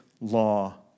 law